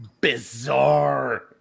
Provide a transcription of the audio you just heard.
bizarre